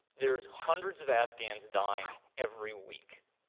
there's hundreds of afghans dying every week.